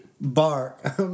bark